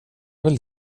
väl